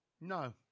No